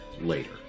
later